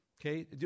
Okay